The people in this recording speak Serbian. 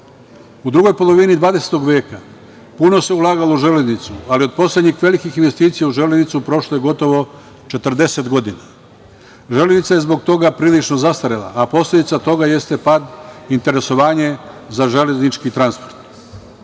drugoj polovini 20. veka puno se ulagalo u železnicu, ali od poslednjih velikih investicija u železnicu prošlo je gotovo 40 godina. „Železnica“ je zbog toga prilično zastarela, a posledica toga jeste pad interesovanja za železnički transport. Danas